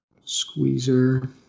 squeezer